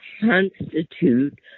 constitute